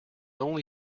only